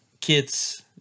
kids